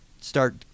start